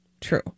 True